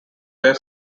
their